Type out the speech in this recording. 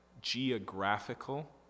geographical